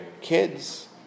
kids